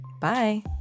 bye